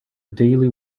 daily